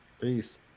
Peace